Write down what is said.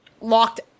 locked